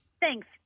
Thanks